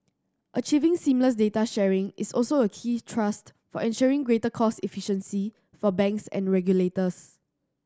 achieving seamless data sharing is also a key thrust for ensuring greater cost efficiency for banks and regulators